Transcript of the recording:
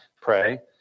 pray